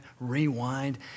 rewind